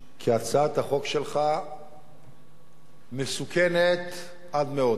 כי הצעת החוק שלך מסוכנת עד מאוד.